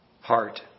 heart